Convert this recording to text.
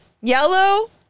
yellow